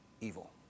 evil